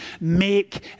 make